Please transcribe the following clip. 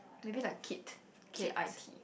maybe like Kit K_I_T